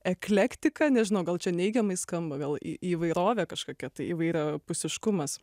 eklektika nežinau gal čia neigiamai skamba gal įvairovė kažkokia tai įvairiapusiškumas